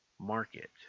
market